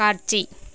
காட்சி